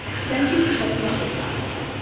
thank you for checking out this sci five.